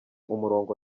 umurongo